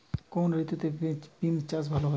কোন ঋতুতে বিন্স চাষ ভালো হয়?